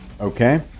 Okay